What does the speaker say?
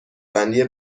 بندی